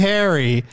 Harry